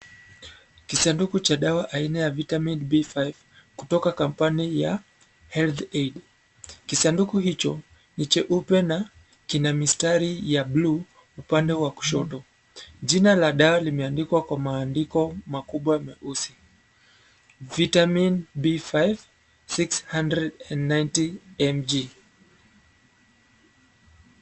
Kisanduku cha dawa aina ya vitamin b5 kutoka company ya Health Aid . Kisanduku hicho ni cheupe na kina mistari ya buluu upande wa kushoto . Jina la dawa limeandikwa kwa maandiko makubwa meusi vitamin b 5600mg .